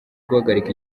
guhagarika